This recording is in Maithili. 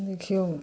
देखियौ